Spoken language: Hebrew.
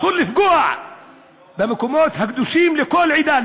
אסור לפגוע במקומות הקדושים לכל עדה,